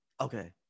okay